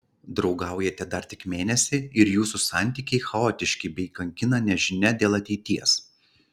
draugaujate dar tik mėnesį ir jūsų santykiai chaotiški bei kankina nežinia dėl ateities